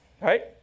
right